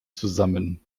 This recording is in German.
zusammen